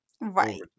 right